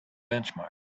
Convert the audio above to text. benchmark